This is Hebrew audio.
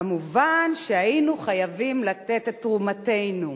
כמובן היינו חייבים לתת את תרומתנו.